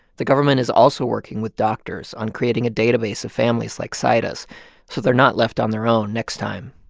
the government is also working with doctors on creating a database of families like zaida's so they're not left on their own next time.